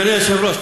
אדוני היושב-ראש,